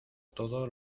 todo